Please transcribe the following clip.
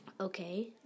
Okay